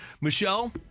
Michelle